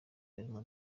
harimo